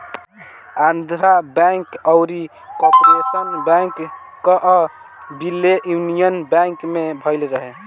Andhra Bank अउरी Corporation Bank कअ विलय यूनियन बैंक में भयल रहे